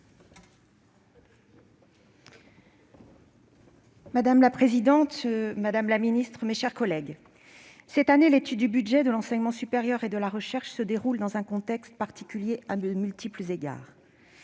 Madame la présidente, madame la ministre, mes chers collègues, cette année, l'étude du budget de l'enseignement supérieur et de la recherche se déroule dans un contexte particulier à de multiples égards.